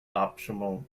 optional